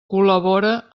col·labora